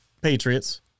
Patriots